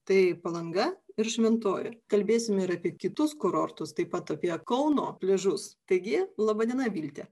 tai palanga ir šventoji kalbėsime ir apie kitus kurortus taip pat apie kauno pliažus taigi laba diena vilte